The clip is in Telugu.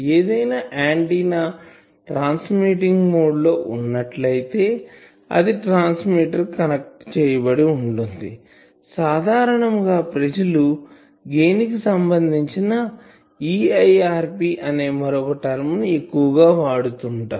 ఏదైనా ఆంటిన్నా ట్రాన్స్మిటింగ్ మోడ్ లో వున్నట్లైతే అది ట్రాన్స్మిటర్ కి కనెక్ట్ చేయబడి ఉంటుంది సాదారణముగా ప్రజలు గెయిన్ కి సంభందించిన EIRP అనే మరొక టర్మ్ ని ఎక్కువ గా వాడుతుంటారు